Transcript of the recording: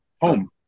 home